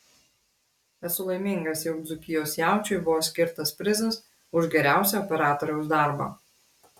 esu laimingas jog dzūkijos jaučiui buvo skirtas prizas už geriausią operatoriaus darbą